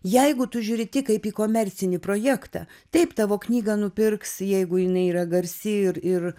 jeigu tu žiūri tik kaip į komercinį projektą taip tavo knygą nupirks jeigu jinai yra garsi ir ir